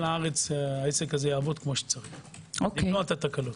הארץ העסק הזה יעבוד כפי שצריך כדי למנוע תקלות.